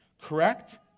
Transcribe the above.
Correct